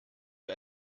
wie